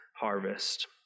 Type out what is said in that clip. harvest